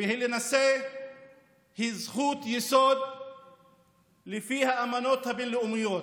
ולהינשא היא זכות יסוד לפי האמנות הבין-לאומיות,